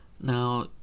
Now